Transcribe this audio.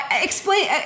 Explain